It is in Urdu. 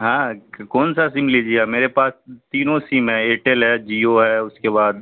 ہاں کون سا سیم لیجیے گا میرے پاس تینوں سیم ہے ایئرٹیل ہے جیو ہے اس کے بعد